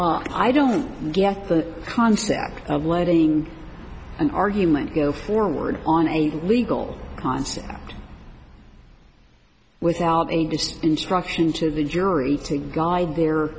i don't get the concept of letting an argument go forward on a legal concept without a just instruction to the jury to guide their